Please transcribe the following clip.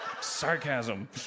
Sarcasm